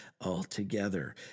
altogether